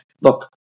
Look